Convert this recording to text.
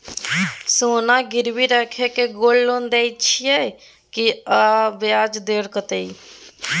सोना गिरवी रैख के गोल्ड लोन दै छियै की, आ ब्याज दर कत्ते इ?